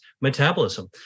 metabolism